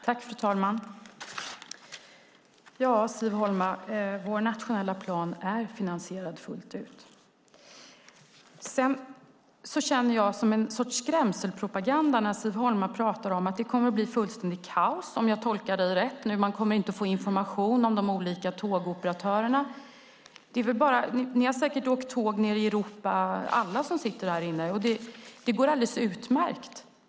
Fru talman! Vår nationella plan är finansierad fullt ut, Siv Holma. Det känns som en sorts skrämselpropaganda när Siv Holma pratar om att det kommer att bli fullständigt kaos, om jag tolkar henne rätt, att man inte kommer att få information om de olika tågoperatörerna. Ni har säkert alla som sitter här inne åkt tåg nere i Europa, och det går alldeles utmärkt.